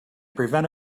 prevent